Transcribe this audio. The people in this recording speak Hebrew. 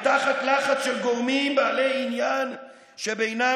ותחת לחץ של גורמים בעלי עניין שבינם